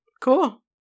Cool